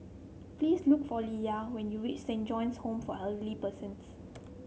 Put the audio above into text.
please look for Lea when you reach Saint John's Home for Elderly Persons